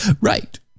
Right